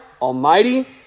Almighty